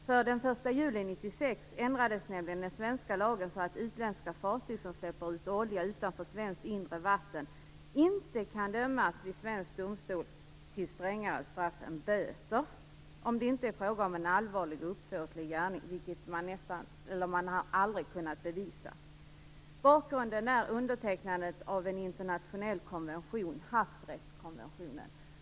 Den 1 juli 1996 ändrades nämligen den svenska lagen så att utländska fartyg som släpper ut olja utanför svenskt inre vatten inte kan dömas i svensk domstol till strängare straff än böter om det inte är fråga om en allvarlig uppsåtlig gärning, vilket man aldrig kunnat bevisa. Bakgrunden är undertecknandet av en internationell konvention, havsrättskonventionen.